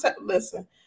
listen